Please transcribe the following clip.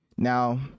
Now